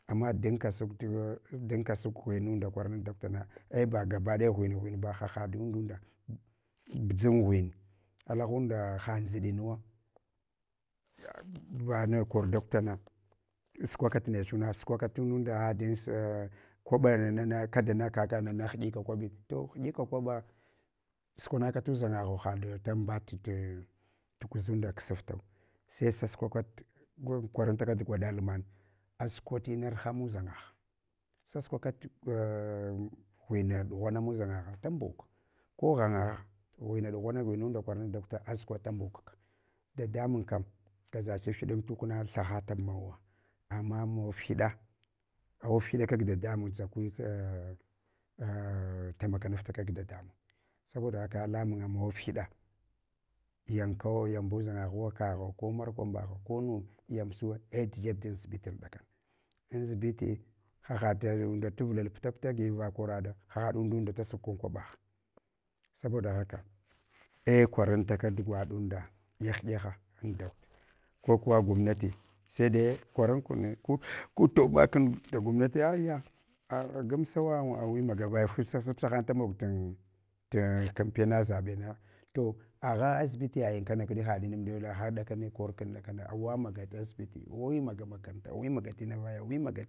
Ama danka, duktuwo, dunka suk ghuwenunda kwarana dakutana, ei bagabadaya ghuen, ghuenba ha haɗunda buʒdan ghuen aluhunda ha ndʒidinuwo, vana kor dakutana sukwakat nechuna, sukwa ka tininda dan kwaɓa nana kada na kaka nana indka kwaɓin to hiɗiko kwaɓa sukwanaka tudʒangagho haɗ dambat tuguʒunda ksaftau saisasukwaka kwamin tala gwaɗa alman. Askwa tinarha mu dʒangagha. Sasukwaka. ghuena ɗughana muʒangagha dambuk, ko ghangagha ghuna ɗughana ghuenunda kwaranan dakuuta askwa dam buka. Dadamun kam gaʒa hifhiɗamtukna thahatab mawu. Ama mawafhiɗa, awafhiɗa kag dadamun, tsakika a’a tamakanafta ka dadamun. Saboda haka lamun amawufhid yanakano, yambuʒangaghuwo, kaghi, ko markw bagha, konu yambuchuwa ei tujeb dan asibitil dakana. Asibiti haɗ tunda tavla puta puta gi va koraɗa ha undunda da su ka an kwaɓagh. Saboda haka, ei kwaran taka tu gwaɗunda ɗyak ɗyaka anda kokuwa gwamnati aya a gamsawa awi maga vaya kusasupsahan damig hin tkampena zabena to ato agha asibitiyayi kana, awa maga dasbiti, awi maga makaranra, wi maya tina vaya wi maga.